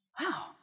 wow